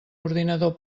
ordinador